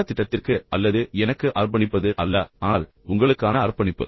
பாடத்திட்டத்திற்கு அல்லது எனக்கு அர்பணிப்பது அல்ல ஆனால் உங்களுக்கான அர்ப்பணிப்பு